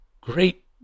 great